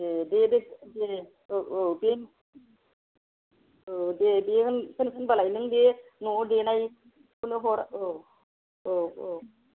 ए दे दे औ औ औ दे दे दे होनब्लालाय नों बे न'आव देनायखौनो हर औ